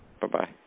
Bye-bye